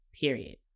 period